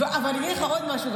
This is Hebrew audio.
אבל אגיד לך עוד משהו,